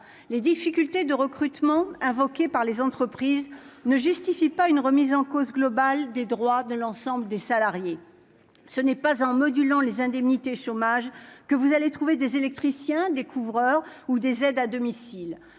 les difficultés de recrutement invoqué par les entreprises ne justifie pas une remise en cause globale des droits de l'ensemble des salariés, ce n'est pas en modulant les indemnités chômage que vous allez trouver des électriciens, des couvreurs ou des aides à domicile